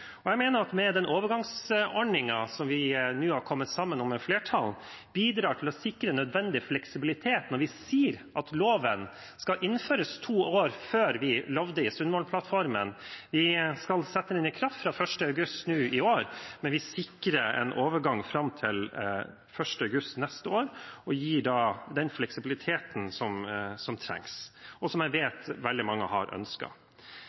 Jeg mener at den overgangsordningen vi nå har kommet sammen i flertallet om, bidrar til å sikre nødvendig fleksibilitet når vi sier at loven skal innføres to år før det vi lovet i Sundvolden-plattformen. Vi skal sette den i kraft fra 1. august i år, men vi sikrer en overgang fram til 1. august neste år og gir da den fleksibiliteten som trengs, og som jeg vet veldig mange har